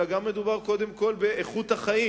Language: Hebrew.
אלא גם מדובר קודם כול באיכות החיים.